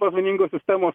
tos vieningos sistemos